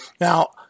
Now